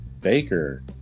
Baker